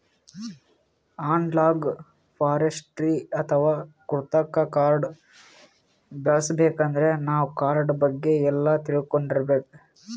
analogue forestry ಅಥವಾ ಕೃತಕ್ ಕಾಡ್ ಬೆಳಸಬೇಕಂದ್ರ ನಾವ್ ಕಾಡ್ ಬಗ್ಗೆ ಎಲ್ಲಾ ತಿಳ್ಕೊಂಡಿರ್ಬೇಕ್